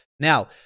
Now